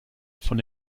von